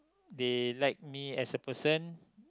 they like me as a person